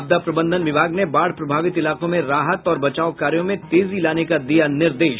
आपदा प्रबंधन विभाग ने बाढ़ प्रभावित इलाकों में राहत और बचाव कार्यों में तेजी लाने का दिया निर्देश